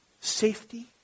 safety